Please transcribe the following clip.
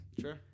Sure